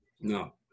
No